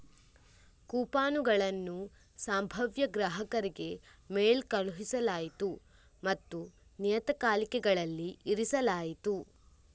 ಕೂಪನುಗಳನ್ನು ಸಂಭಾವ್ಯ ಗ್ರಾಹಕರಿಗೆ ಮೇಲ್ ಕಳುಹಿಸಲಾಯಿತು ಮತ್ತು ನಿಯತಕಾಲಿಕೆಗಳಲ್ಲಿ ಇರಿಸಲಾಯಿತು